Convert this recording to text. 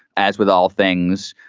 as with all things,